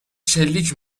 شلیک